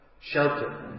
shelter